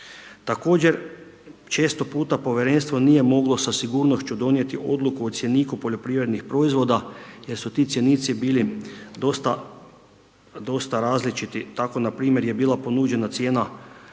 Također često puta povjerenstvo nije moglo sa sigurnošću donijeti odluku o cjeniku poljoprivrednih proizvoda jer su ti cjenici bili dosta, dosta različiti tako npr. je bila ponuđena cijena